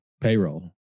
payroll